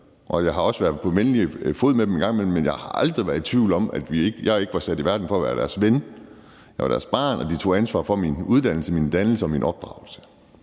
at jeg også har været på venlig fod med dem en gang imellem, men at jeg aldrig har været i tvivl om, at jeg ikke var sat i verden for at være deres ven. Jeg var deres barn, og de tog ansvar for min uddannelse, min dannelse og min opdragelse.